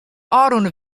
ofrûne